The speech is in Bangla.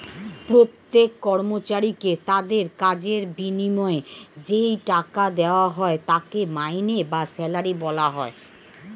প্রত্যেক কর্মচারীকে তাদের কাজের বিনিময়ে যেই টাকা দেওয়া হয় তাকে মাইনে বা স্যালারি বলা হয়